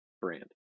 brand